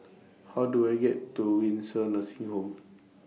How Do I get to Windsor Nursing Home